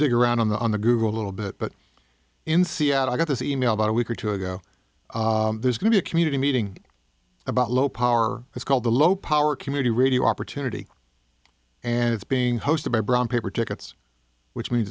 dig around on the google a little bit but in seattle i got this email about a week or two ago there's going to a community meeting about low power it's called the low power community radio opportunity and it's being hosted by brown paper tickets which means